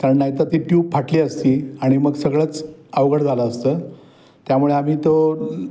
कारण नाही तर ती ट्यूब फाटली असती आणि मग सगळंच अवघड झालं असतं त्यामुळे आम्ही तो